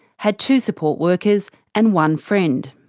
had two support workers and one friend.